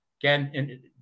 Again